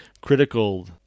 critical